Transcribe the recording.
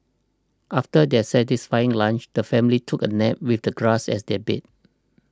after their satisfying lunch the family took a nap with the grass as their bed